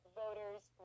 voters